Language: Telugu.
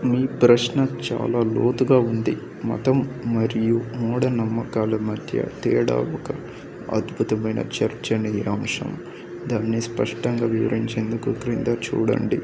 మీ ప్రశ్న చాలా లోతుగా ఉంది మతం మరియు మూఢనమ్మకాల మధ్య తేడా ఒక అద్భుతమైన చర్చనీయాంశం దాన్ని స్పష్టంగా వివరించేందుకు క్రింద చూడండి